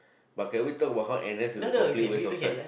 but can we talk about how n_s is a complete waste of time